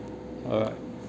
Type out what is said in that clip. alright